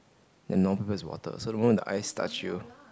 the normal people is water so the moment the ice touch you